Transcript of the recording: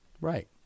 Right